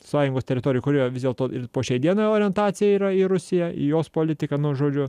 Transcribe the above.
sąjungos teritorijoj kurių vis dėlto ir po šiai dienai orientacija yra į rusiją į jos politiką nu žodžiu